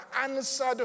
answered